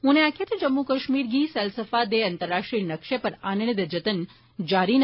उनें आक्खेआ जे जम्मू कष्मीर गी सैलसफा दे अंतरराश्ट्रीय नक्षे पर आनने दे जत्न जारी न